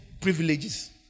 privileges